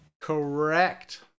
Correct